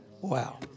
Wow